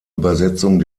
übersetzung